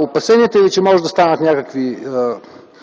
Опасенията ви, че може да станат някакви